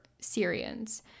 Syrians